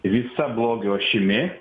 visa blogio ašimi